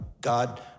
God